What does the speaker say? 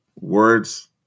Words